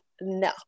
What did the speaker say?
no